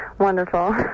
wonderful